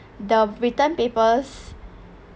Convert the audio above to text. the written papers